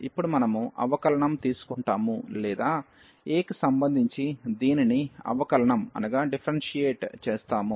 ఇప్పుడు మనము అవకలనం తీసుకుంటాము లేదా a కి సంబంధించి దీనిని అవకలనం చేస్తాము